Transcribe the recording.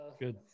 Good